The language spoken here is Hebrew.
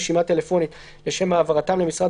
רשימה טלפונית) לשם העברתם למשרד